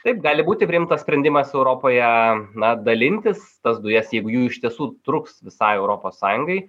taip gali būti priimtas sprendimas europoje na dalintis tas dujas jeigu jų iš tiesų truks visai europos sąjungai